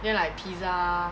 then like pizza